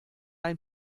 ein